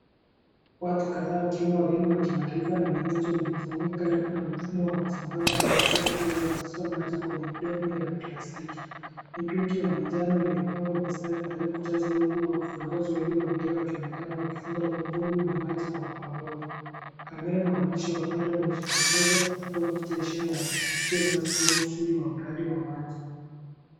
Watu kadhaa wakiwemo wa kimataifa na wenyeji wamekusanyika karibu na mfumo wa kusambaza maji safi iliyojazisha maji kwenye midomo ya plastiki. Mitungi ya manjano imepangwa mistari tayari kujazwa huku viongozi wawili wa mbele wakionekana wakifunga bumbulu la maji kwa pamoja. Kamera na waandishi wa habari wamejikonyesha kuchukua picha ishara ya tukio rasmi au ushindi wa mradi wa maji.